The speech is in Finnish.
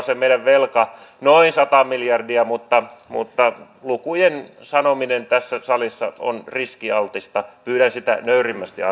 se oli kolmikantainen jatkui koko hallituskauden ja siellä tehtiin erittäin hyviä konkreettisia esityksiä itsensätyöllistäjien ja muiden vastaavien aseman parantamiseksi